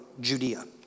Judea